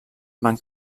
van